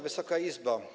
Wysoka Izbo!